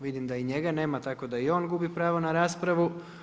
Vidim da i njega nema, tako da i on gubi pravo na raspravu.